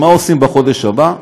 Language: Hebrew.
מה עושים בחודש הבא?